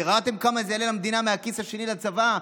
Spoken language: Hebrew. ביררתם כמה זה יעלה למדינה מהכיס השני לצבא?